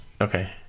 Okay